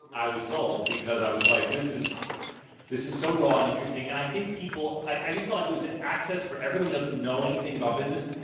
i was sold because i was like, this is this is so raw and interesting. and i think people i just felt like it was access for everyone who doesn't know anything about business.